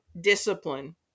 discipline